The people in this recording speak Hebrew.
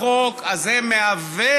החוק הזה מעוות